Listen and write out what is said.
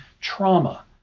trauma